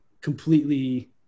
completely